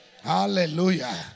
Hallelujah